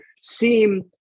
seem